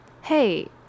hey